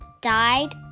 Died